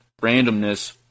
randomness